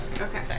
Okay